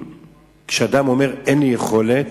כשאדם אומר: אין לי יכולת,